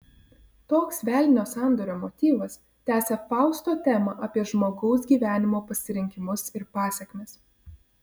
toks velnio sandorio motyvas tęsia fausto temą apie žmogaus gyvenimo pasirinkimus ir pasekmes